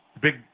big